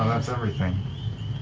that's everything.